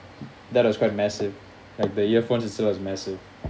that was quite massive like the earphones itself is massive